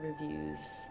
reviews